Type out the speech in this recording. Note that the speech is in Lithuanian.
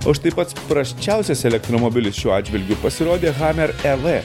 o štai pats prasčiausias elektromobilis šiuo atžvilgiu pasirodė hamer ev